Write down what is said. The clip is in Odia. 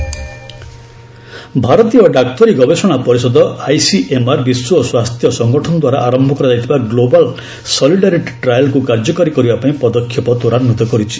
ଆଇସିଏମ୍ଆର ଡବ୍ଲଏଚ୍ଓ ଭାରତୀୟ ଡାକ୍ତରୀ ଗବେଷଣା ପରିଷଦ ଆଇସିଏମ୍ଆର ବିଶ୍ୱ ସ୍ୱାସ୍ଥ୍ୟ ସଂଗଠନ ଦ୍ୱାରା ଆରମ୍ଭ କରାଯାଇଥିବା ଗ୍ଲୋବାଲ୍ ସଲିଡାରିଟି ଟ୍ରାଏଲ୍କୁ କାର୍ଯ୍ୟକାରୀ କରିବା ପାଇଁ ପଦକ୍ଷେପ ତ୍ୱରାନ୍ଧିତ କରିଛି